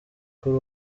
kuri